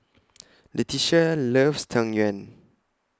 Leticia loves Tang Yuen